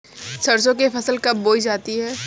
सरसों की फसल कब बोई जाती है?